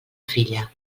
filla